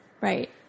Right